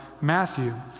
Matthew